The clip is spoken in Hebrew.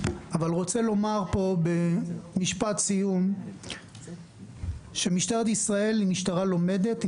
אבל אומר פה במשפט סיום שמשטרת ישראל היא משטרה לומדת,